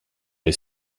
est